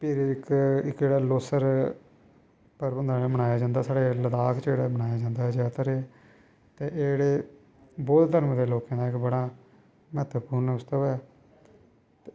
ते फिर फिर इक्क लोसर ते ओह् जेह्ड़ा इत्थें नीं लद्दाख च मनाया जंदा एह् ध्यार ते एह् जेह्ड़े बौद्ध धर्म दे लोकें दा जेह्ड़ा महत्वपूर्ण